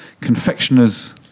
confectioner's